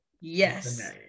Yes